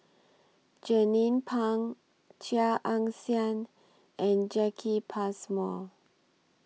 Jernnine Pang Chia Ann Siang and Jacki Passmore